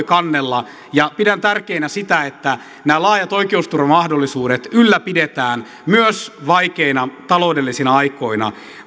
kannella ja pidän tärkeänä sitä että nämä laajat oikeusturvamahdollisuudet ylläpidetään myös vaikeina taloudellisina aikoina